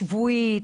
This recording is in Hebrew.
שבועית,